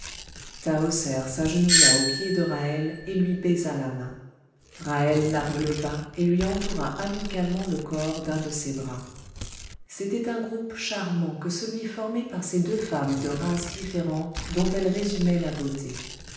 s'agenouilla aux pieds de ra'hel et lui baisa la main ra'hel la releva et lui entoura amicalement le corps d'un de ses bras c'était un groupe charmant que celui formé par ces deux femmes de races différentes dont elles résumaient la beauté